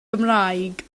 gymraeg